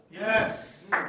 Yes